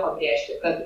pabrėžti kad